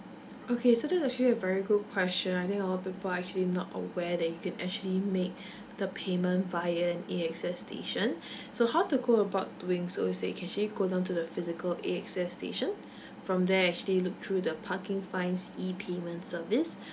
okay so that's actually a very good question I think a lot of people are actually not aware that you can actually make the payment via an A_X_S station so how to go about doing so is that you can actually go down to the physical A_X_S station from there actually look through the parking fines e payment service